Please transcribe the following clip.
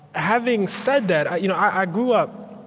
having said that, i you know i grew up,